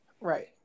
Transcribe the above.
right